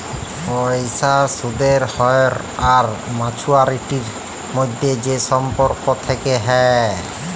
পয়সার সুদের হ্য়র আর মাছুয়ারিটির মধ্যে যে সম্পর্ক থেক্যে হ্যয়